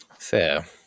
Fair